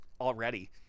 already